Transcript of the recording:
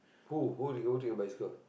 who who took take your bicycle